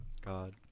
God